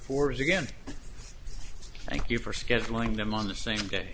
force against thank you for scheduling them on the same day